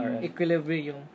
Equilibrium